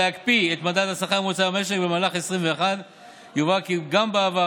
להקפיא את מדד השכר הממוצע במשק במהלך 2021. יובהר כי גם בעבר,